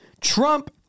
Trump